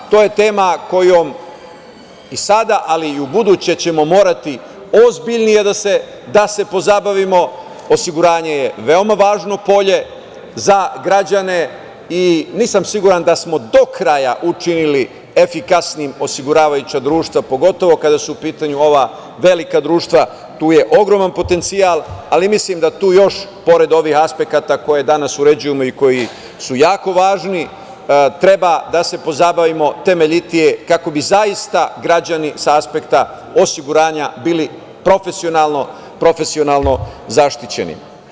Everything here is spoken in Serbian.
To je tema kojom i sada, ali i ubuduće ćemo morati ozbiljnije da se pozabavimo, osiguranje je veoma važno polje za građane i nisam siguran da smo do kraja učinili efikasnim osiguravajuća društva, pogotovo kada su u pitanju ova velika društva, tu je ogroman potencijal, ali mislim da tu još, pored ovih aspekata koje danas uređujemo i koji su jako važni, treba da se pozabavimo temeljitije, kako bi zaista građani sa aspekta osiguranja bili profesionalno zaštićeni.